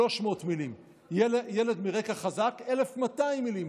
300 מילים, ילד מרקע חזק, 1,200 מילים.